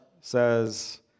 says